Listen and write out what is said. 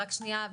רק שניה,